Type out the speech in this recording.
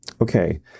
Okay